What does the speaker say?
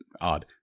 odd